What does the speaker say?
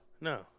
No